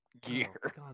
gear